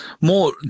more –